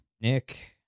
Nick